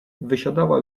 wysiadała